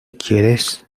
quieres